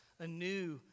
anew